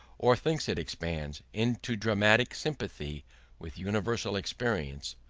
or thinks it expands, into dramatic sympathy with universal experience,